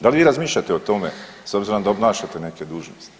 Da li vi razmišljate o tome s obzirom da obnašate neke dužnosti?